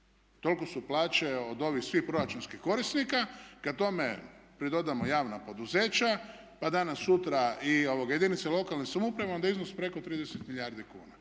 Tolike su plaće od ovih svih proračunskih korisnika. Kada tome pridodamo javna poduzeća pa danas sutra i jedinice lokalne samouprave onda je iznos preko 30 milijardi kuna.